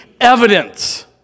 evidence